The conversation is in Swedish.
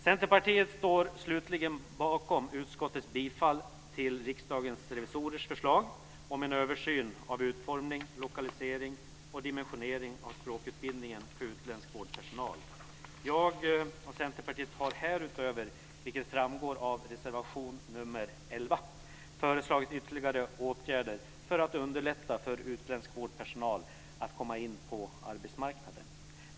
Centerpartiet står slutligen bakom utskottets bifall till Riksdagens revisorers förslag om en översyn av utformning, lokalisering och dimensionering av språkutbildningen för utländsk vårdpersonal. Jag och Centerpartiet har härutöver, vilket framgår av reservation nr 11, föreslagit ytterligare åtgärder för att underlätta för utländsk vårdpersonal att komma in på arbetsmarknaden.